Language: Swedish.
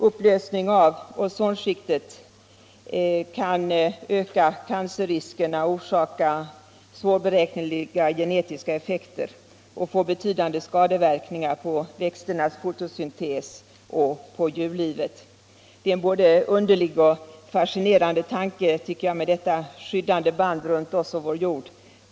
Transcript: Upplösning av ozonskiktet kan öka cancerriskerna, orsaka svårberäkneliga genetiska effekter och få betydande skadeverkningar på växternas fotosyntes och på djurlivet. Det är en både underlig och fascinerande tanke, tycker jag, med detta skyddande band runt oss och vär jord.